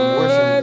worship